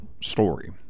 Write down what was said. story